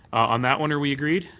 on that one are we agreed?